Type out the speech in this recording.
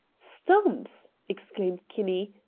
stumps! exclaimed kinney.